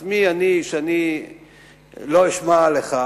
אז מי אני שלא אשמע לך?